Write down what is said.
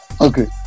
okay